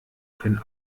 können